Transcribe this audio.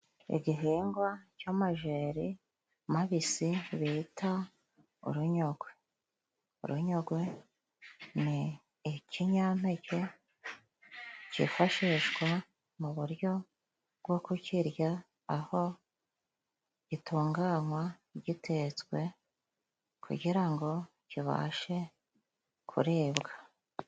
Igihingwa c'amajeri mabisi bita urunyogwe. Urunyogwe ni ikinyampeke cifashishwa mu buryo bwo kukirya, aho gitunganywa gitetswe kugira ngo kibashe kuribwa.